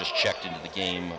just checked into the game